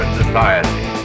society